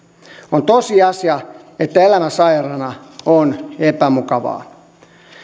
on tosiasia että elämä sairaana on epämukavaa